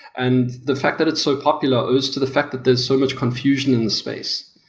and the fact that it's so popular goes to the fact that there's so much confusion in the space.